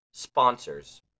Sponsors